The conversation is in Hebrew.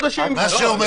מה שאומר עמית,